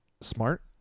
smart